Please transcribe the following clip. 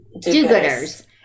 do-gooders